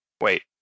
Wait